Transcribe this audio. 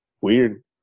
Weird